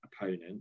opponent